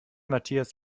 matthias